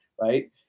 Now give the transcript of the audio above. right